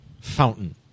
fountain